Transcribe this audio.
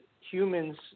humans